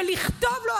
ולכתוב לו,